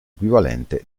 equivalente